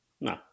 No